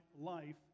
life